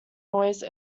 noise